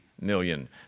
million